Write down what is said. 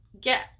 get